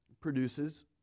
produces